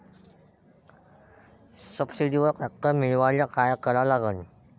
सबसिडीवर ट्रॅक्टर मिळवायले का करा लागन?